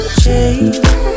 change